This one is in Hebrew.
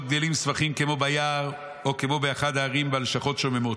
גדלים סבכים כמו ביער או כמו באחד ההרים והלשכות שוממות.